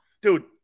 Dude